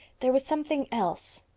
there was something else.